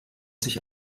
sich